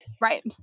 Right